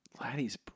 laddie's